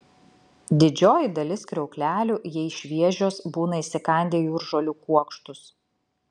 didžioji dalis kriauklelių jei šviežios būna įsikandę jūržolių kuokštus